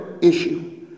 issue